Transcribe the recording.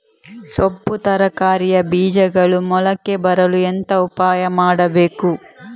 ಸೊಪ್ಪು ತರಕಾರಿಯ ಬೀಜಗಳು ಮೊಳಕೆ ಬರಲು ಎಂತ ಉಪಾಯ ಮಾಡಬೇಕು?